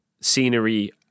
scenery